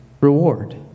reward